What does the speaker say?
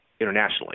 internationally